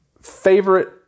Favorite